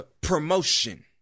promotion